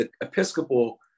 Episcopal